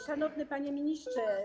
Szanowny Panie Ministrze!